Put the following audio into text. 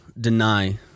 deny